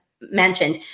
mentioned